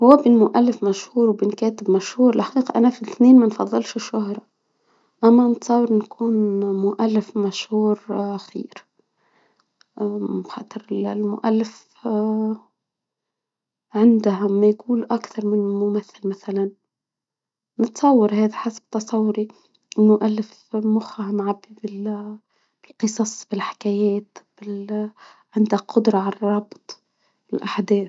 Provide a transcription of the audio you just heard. هو بين مؤلف مشهور وبين كاتب مشهور لحقيقة انا في الاتنين ما انفضلش شهرة يكون مؤلف مشهور اخير. مم خاطر المؤلف اه عندها ميقول اكثر من ممثل مثلا. متصور هيك تصوري انه الف مخها معدد بالقصص بالحكايات عندك قدرة على الربط الاحداث